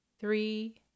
Three